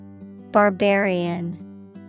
Barbarian